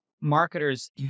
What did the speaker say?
Marketers